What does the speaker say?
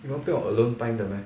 你们不用 alone time 的 meh